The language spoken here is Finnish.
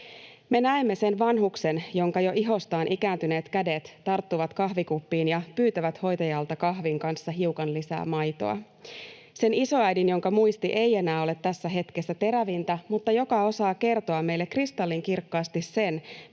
me näemme sen vanhuksen, jonka jo ihostaan ikääntyneet kädet tarttuvat kahvikuppiin ja pyytävät hoitajalta kahvin kanssa hiukan lisää maitoa; sen isoäidin, jonka muisti ei enää ole tässä hetkessä terävintä mutta joka osaa kertoa meille kristallinkirkkaasti sen,